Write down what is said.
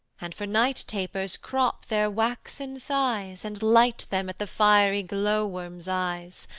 and for night-tapers crop their waxen thighs, and light them at the fiery glow-worm's eyes,